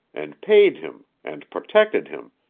and paid him, and protected him,